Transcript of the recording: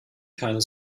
keine